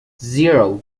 zero